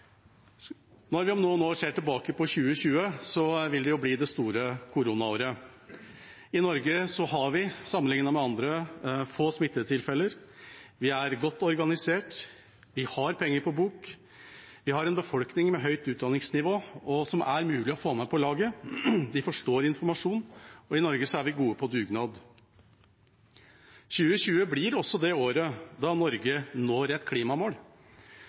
Når vi om noen år ser tilbake på 2020, vil det bli det store koronaåret. I Norge har vi, sammenlignet med andre, få smittetilfeller. Vi er godt organisert. Vi har penger på bok. Vi har en befolkning med høyt utdanningsnivå, og som er mulig å få med på laget. De forstår informasjon, og i Norge er vi gode på dugnad. 2020 blir også det året da Norge når et klimamål.